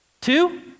Two